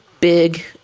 big